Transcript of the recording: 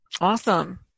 Awesome